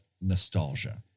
nostalgia